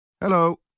Hello